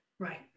Right